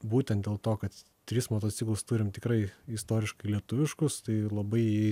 būtent dėl to kad tris motociklus turim tikrai istoriškai lietuviškus tai labai